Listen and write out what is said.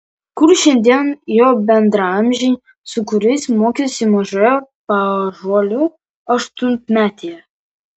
kur šiandien jo bendraamžiai su kuriais mokėsi mažoje paąžuolių aštuonmetėje